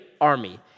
army